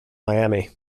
miami